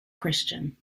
christian